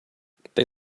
they